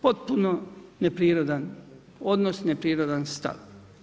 Potpuno neprirodan odnos, neprirodan stav.